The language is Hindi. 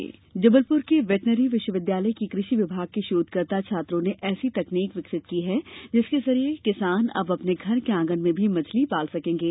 मछली पालन जबलपुर के वेटरनरी विश्वविद्यालय के कृषि विभाग के शोधकर्ता छात्रों ने ऐसी तकनीक विकसित की है जिसके जरिए किसान अब अपने घर के आंगन में भी मछली पालन कर सकेंगे